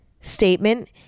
statement